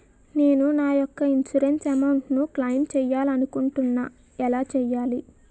నేను నా యెక్క ఇన్సురెన్స్ అమౌంట్ ను క్లైమ్ చేయాలనుకుంటున్నా ఎలా చేయాలి?